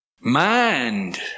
Mind